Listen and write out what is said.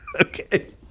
Okay